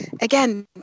again